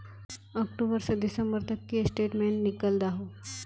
अक्टूबर से दिसंबर तक की स्टेटमेंट निकल दाहू?